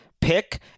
pick